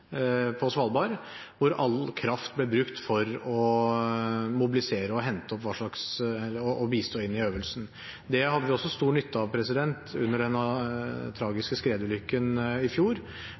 på Svalbard, hvor all kraft ble brukt for å mobilisere og bistå i øvelsen. Det hadde vi også stor nytte av under den tragiske skredulykken i fjor,